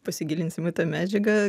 pasigilinsim į tą medžiagą